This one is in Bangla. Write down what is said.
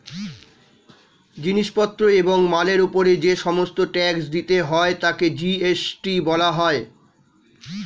জিনিস পত্র এবং মালের উপর যে সমস্ত ট্যাক্স দিতে হয় তাকে জি.এস.টি বলা হয়